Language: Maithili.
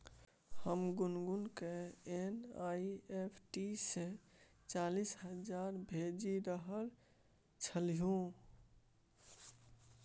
हम गुनगुनकेँ एन.ई.एफ.टी सँ चालीस हजार भेजि रहल छलहुँ